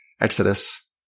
exodus